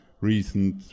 recent